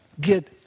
get